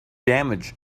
damage